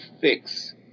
fix